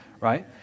right